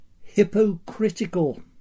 hypocritical